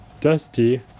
Dusty